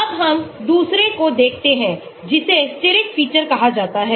अब हम दूसरे को देखते हैं जिसे Steric फीचर कहा जाता है